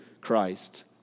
Christ